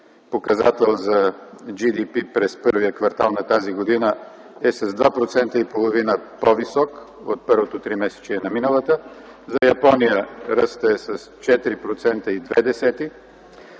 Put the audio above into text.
показател за Джи Ди Пи през първия квартал на тази година е с 2,5% по-висок от първото тримесечие на миналата, за Япония ръста е с 4,2%.